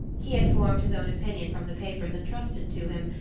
he had formed his own opinion from the papers entrusted to him,